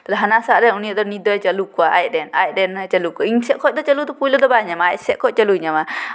ᱛᱟᱦᱞᱮ ᱦᱟᱱᱟᱼᱥᱟ ᱨᱮᱱ ᱩᱱᱤ ᱱᱤᱛ ᱫᱚᱭ ᱪᱟᱹᱞᱩ ᱠᱚᱣᱟ ᱟᱡᱨᱮᱱᱮ ᱟᱡᱨᱮᱱᱮ ᱪᱟᱞᱩ ᱠᱚᱣᱟ ᱤᱧ ᱥᱮᱫ ᱠᱷᱚᱱ ᱪᱟᱞᱩ ᱫᱚ ᱯᱳᱭᱞᱳ ᱫᱚ ᱵᱟᱭ ᱧᱟᱢᱟ ᱟᱡ ᱥᱮᱫ ᱠᱷᱚᱱ ᱪᱟᱹᱞᱩᱭ ᱧᱟᱢᱟ